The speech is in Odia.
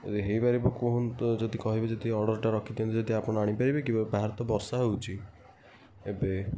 ଯଦି ହେଇପାରିବ କୁହନ୍ତୁ ଯଦି କହିବେ ଯଦି ଅର୍ଡ଼ର୍ଟା ରଖିଦିଅନ୍ତେ ଯଦି ଆପଣ ଆଣି ପାରିବେକି ବାହାରେ ତ ବର୍ଷା ହେଉଛି ଏବେ